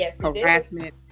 harassment